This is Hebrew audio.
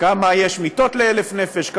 כמה מיטות יש ל-1,000 נפש,